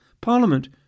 Parliament